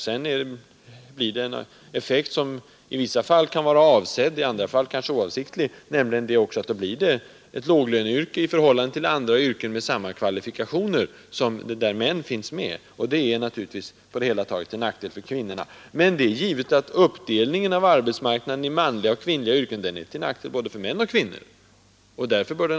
Sedan blir det en effekt som i vissa fall kan vara avsedd, i andra fall kanske är oavsiktlig, nämligen att då blir det ett låglöneyrke i förhållande till andra yrken med samma kvalifikationer där män finns med. Det är naturligtvis på det hela taget till nackdel för kvinnorna. Det är givet att uppdelningen av arbetsmarknaden i manliga och kvinnliga yrken är till nackdel för både män och kvinnor.